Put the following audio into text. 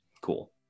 Cool